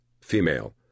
female